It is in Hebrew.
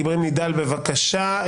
איברהים נידאל, בבקשה.